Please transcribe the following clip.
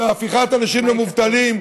זה הפיכת אנשים למובטלים,